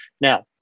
Now